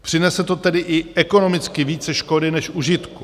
Přinese to tedy i ekonomicky více škody než užitku.